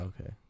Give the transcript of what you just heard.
okay